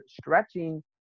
stretching